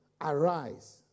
Arise